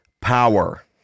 power